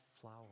flower